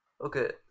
Okay